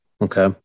Okay